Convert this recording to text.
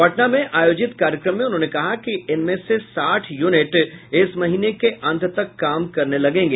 पटना में आयोजित कार्यक्रम में उन्होंने कहा कि इनमें से साठ यूनिट इस महीने के अंत तक काम करने लगेंगी